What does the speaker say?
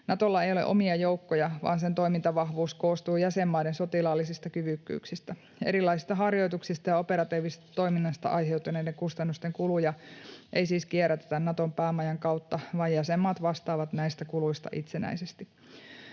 Natolla ei ole omia joukkoja, vaan sen toimintavahvuus koostuu jäsenmaiden sotilaallisista kyvykkyyksistä. Erilaisten harjoituksista ja operatiivisesta toiminnasta aiheutuneiden kustannusten kuluja ei siis kierrätetä Naton päämajan kautta, vaan jäsenmaat vastaavat näistä kuluista itsenäisesti.